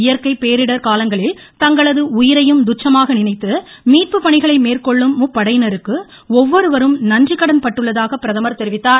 இயற்கை பேரிடர் காலங்களில் தங்களது உயிரையும் துச்சமாக நினைத்து மீட்பு பணிகளை மேற்கொள்ளும் முப்படையினருக்கு ஒவ்வொருவரும் நன்றிக்கடன் பட்டுள்ளதாக பிரதமர் தெரிவித்தார்